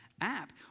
App